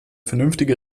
vernünftige